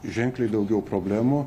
ženkliai daugiau problemų